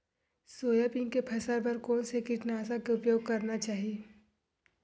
Soybean के फसल बर कोन से कीटनाशक के उपयोग करना चाहि?